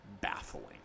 baffling